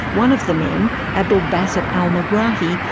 one of the men, abdel basset al-megrahi,